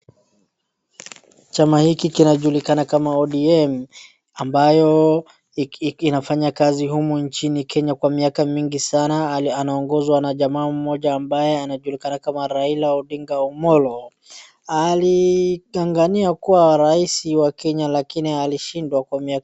Chama hiki kinajulikana kama ODM ambayo inafanya kazi humu nchini Kenya kwa miaka mingi sana. Anaongozwa na jamaa mmoja ambaye anajulikana kama Raila Odinga Omollo. Alitangania kuwa rais wa Kenya lakini alishindwa kwa miaka.